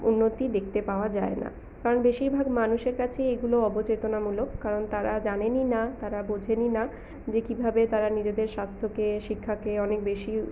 উন্নতি দেখতে পাওয়া যায় না কারণ বেশিরভাগ মানুষের কাছেই এগুলো অবচেতনামূলক কারণ তারা জানেনই না তারা বোঝেনই না যে কীভাবে তারা নিজেদের স্বাস্থ্যকে শিক্ষাকে অনেক বেশি